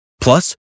Plus